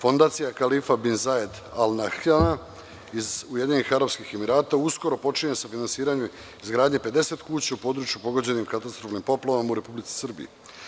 Fondacija Kalifa Bin Zaed Al Dahra iz Ujedinjenih Arapskih Emirata, uskoro počinje sa finansiranjem izgradnje 50 kuća u području pogođenim katastrofalnim poplavama, u Republici Srbiji.